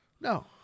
No